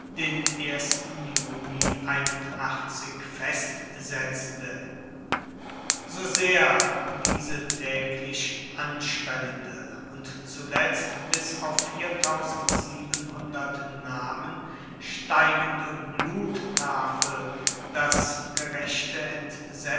den juni festsetzte sosehr diese täglich anschwellende und zuletzt bis auf namen steigende blut das gerechte